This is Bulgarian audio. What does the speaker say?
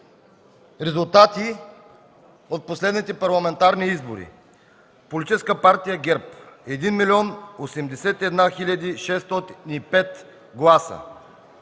Резултати от последните парламентарни избори: Политическа партия ГЕРБ – 1 081 605 гласа;